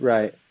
Right